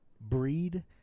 breed